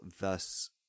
thus